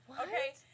okay